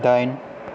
दाइन